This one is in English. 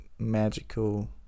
magical